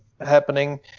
happening